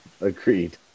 Agreed